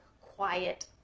quiet